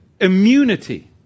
immunity